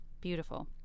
beautiful